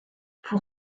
pour